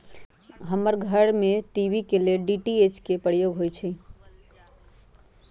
हमर घर में टी.वी के लेल डी.टी.एच के प्रयोग होइ छै